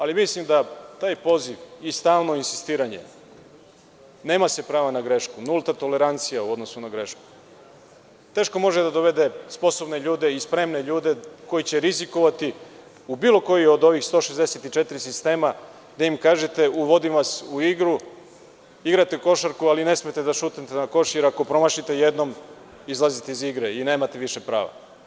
Ali. mislim da taj poziv i stalno insistiranje da se nema prava na grešku i nulta tolerancija u odnosu na grešku teško može da dovede sposobne ljude i spremne ljude koji će rizikovati u bilo kojem od ovih 164 sistema, da im kažete uvodimo vas u igru, ali ne smete da šutnete na koš jer ako promašite jednom, izlazite iz igre i nemate više prava.